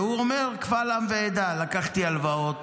והוא אומר קבל עם ועדה: לקחתי הלוואות